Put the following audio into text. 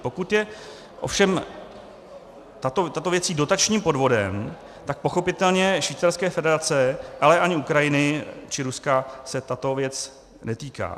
Pokud je ovšem tato věc dotačním podvodem, tak pochopitelně švýcarské federace, ale ani Ukrajiny či Ruska se tato věc netýká.